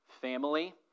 family